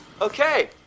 Okay